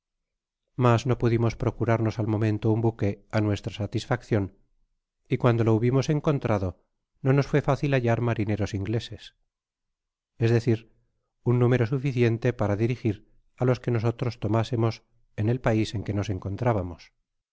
mas no pudimos procurarnos al momento un buque á nuestra satisfaccion y cuando lo hubimos encontrado no nos fué facil hallar marineros ingleses es decir un número suficiente para dirigir á los que nosotros tomásemos en el pais en que nos encontrábamos